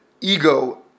ego